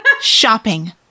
shopping